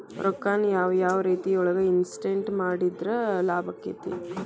ರೊಕ್ಕಾನ ಯಾವ ಯಾವ ರೇತಿಯೊಳಗ ಇನ್ವೆಸ್ಟ್ ಮಾಡಿದ್ರ ಲಾಭಾಕ್ಕೆತಿ?